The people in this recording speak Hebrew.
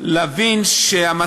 להבין שהמטרה היא,